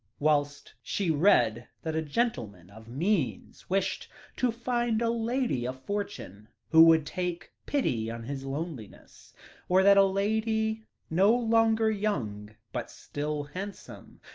whilst she read that a gentleman of means wished to find a lady of fortune who would take pity on his loneliness or that a lady no longer young, but still handsome,